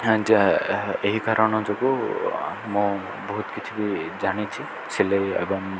ହାଁ ଯା ଏହି କାରଣ ଯୋଗୁଁ ମୁଁ ବହୁତ କିଛି ବି ଜାଣିଛି ସିଲେଇ ଏବଂ